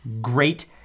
great